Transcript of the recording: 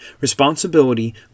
responsibility